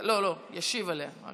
לא, לא ישיב עליה, לא